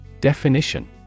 Definition